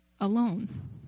alone